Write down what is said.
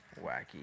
Wacky